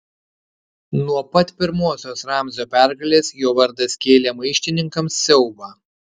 nuo pat pirmosios ramzio pergalės jo vardas kėlė maištininkams siaubą